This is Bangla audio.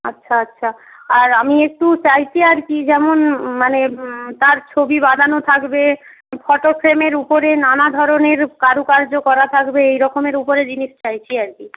আচ্ছা আচ্ছা আর আমি একটু চাইছি আর কি যেমন মানে তার ছবি বাঁধানো থাকবে ফটো ফ্রেমের উপরে নানা ধরনের কারুকার্য করা থাকবে এই রকমের উপরে জিনিস চাইছি আর কি